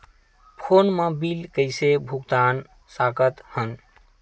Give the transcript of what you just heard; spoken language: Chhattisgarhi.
फोन मा बिल कइसे भुक्तान साकत हन?